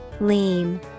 Lean